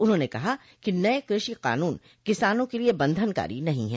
उन्होंने कहा कि नये कृषि कानून किसानों के लिये बंधनकारी नहीं है